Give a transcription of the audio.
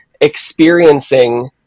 experiencing